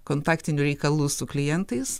kontaktinių reikalų su klientais